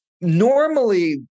normally